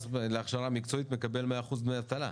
להכשרה מקצועית מקבל 100% דמי אבטלה.